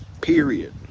period